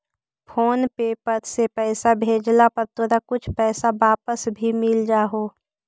phone पे पर से पईसा भेजला पर तोरा कुछ पईसा वापस भी मिल जा हो